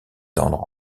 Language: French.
tendre